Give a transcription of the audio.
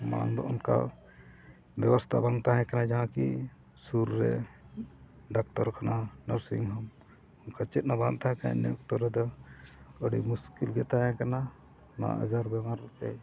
ᱢᱟᱲᱟᱝ ᱫᱚ ᱚᱱᱠᱟ ᱵᱮᱵᱚᱥᱛᱷᱟ ᱵᱟᱝ ᱛᱟᱦᱮᱸ ᱠᱟᱱᱟ ᱡᱟᱦᱟᱸ ᱠᱤ ᱥᱩᱨ ᱨᱮ ᱰᱟᱠᱛᱟᱨ ᱠᱷᱟᱱᱟ ᱱᱟᱨᱥᱤᱝ ᱦᱳᱢ ᱚᱱᱠᱟ ᱪᱮᱫ ᱦᱚᱸ ᱵᱟᱝ ᱛᱟᱦᱮᱸ ᱠᱟᱱᱟ ᱤᱱᱟᱹ ᱚᱠᱛᱚ ᱨᱮᱫᱚ ᱟᱹᱰᱤ ᱢᱩᱥᱠᱤᱞ ᱜᱮ ᱛᱟᱦᱮᱸ ᱠᱟᱱᱟ ᱚᱱᱟ ᱟᱡᱟᱨ ᱵᱮᱢᱟᱨ ᱨᱮ